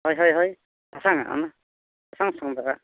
ᱦᱳᱭ ᱦᱳᱭ ᱥᱟᱥᱟᱝᱟᱜ ᱚᱱᱟ ᱥᱟᱥᱟᱝ ᱥᱟᱥᱟᱝ ᱫᱟᱜᱟᱜ